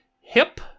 hip